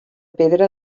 pedra